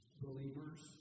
believers